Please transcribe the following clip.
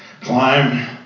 climb